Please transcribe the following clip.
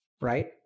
right